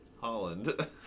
Holland